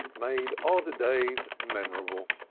made odd days memorable.